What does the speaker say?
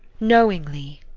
knowingly.